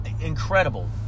incredible